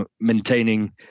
maintaining